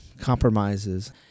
compromises